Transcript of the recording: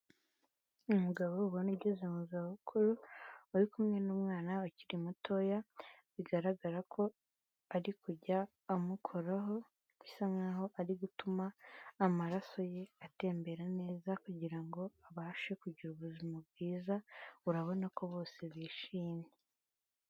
Umugabo ubona ugeze mu za bukuru uri kumwe n'umwana ukiri mutoya bigaragara ko ari kujya amukoraho bisa nkaho ari gutuma amaraso ye atembera neza kugirango abashe kugira ubuzima bwiza, urabona ko bose bishimye.